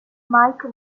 mike